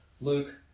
Luke